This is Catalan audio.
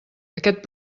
aquest